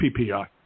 PPI